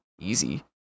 easy